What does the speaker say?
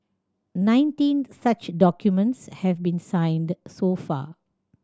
nineteen such documents have been signed so far